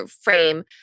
frame